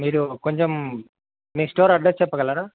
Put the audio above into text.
మీరు కొంచెం మీ స్టోర్ అడ్రస్ చెప్పగలరా